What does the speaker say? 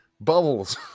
Bubbles